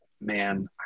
man